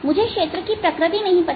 मुझे क्षेत्र की प्रकृति नहीं पता